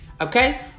Okay